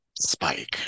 Spike